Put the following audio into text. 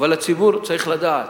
אבל הציבור צריך לדעת: